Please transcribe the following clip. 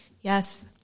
Yes